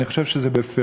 אני חושב בפירוש,